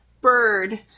Bird